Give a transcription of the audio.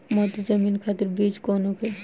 मध्य जमीन खातिर बीज कौन होखे?